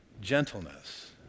gentleness